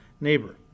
neighbor